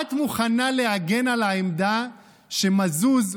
מוכנה להגן על העמדה שמזוז,